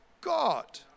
God